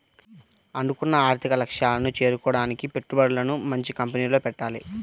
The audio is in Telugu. అనుకున్న ఆర్థిక లక్ష్యాలను చేరుకోడానికి పెట్టుబడులను మంచి కంపెనీల్లో పెట్టాలి